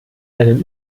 einen